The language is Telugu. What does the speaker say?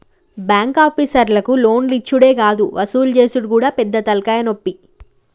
బాంకాపీసర్లకు లోన్లిచ్చుడే గాదు వసూలు జేసుడు గూడా పెద్ద తల్కాయనొప్పి